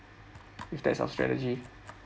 if that's our strategy